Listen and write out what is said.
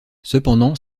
cependant